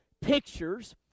pictures